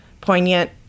poignant